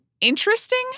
interesting